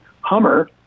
hummer